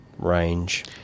Range